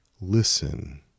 listen